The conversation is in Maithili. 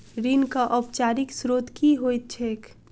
ऋणक औपचारिक स्त्रोत की होइत छैक?